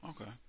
Okay